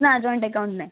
ના joint account નહીં